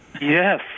Yes